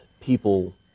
people